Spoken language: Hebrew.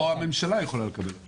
או הממשלה יכולה לקבל החלטה.